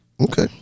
Okay